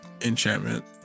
enchantment